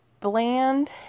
bland